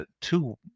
two